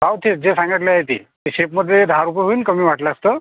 भाव तेच जे सांगितलं आहे ते ते सेबमध्ये दहा रुपये होईल कमी वाटल्यास तर